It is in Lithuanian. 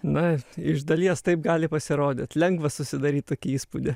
na iš dalies taip gali pasirodyt lengva susidaryt tokį įspūdį